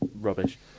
Rubbish